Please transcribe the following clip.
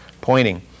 pointing